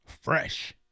fresh